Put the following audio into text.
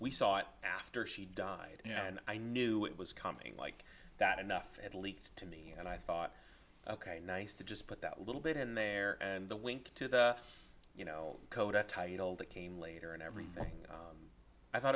we saw it after she died and i knew it was coming like that enough at least to me and i thought ok nice to just but that little bit in there and the wink to the you know coda title that came later and everything i thought